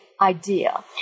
idea